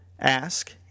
Ask